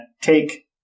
take